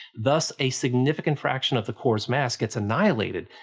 thus, a significant fraction of the core's mass gets annihilated,